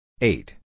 Eight